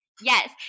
Yes